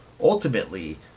ultimately